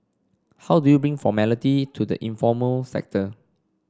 how do you bring formality to the informal sector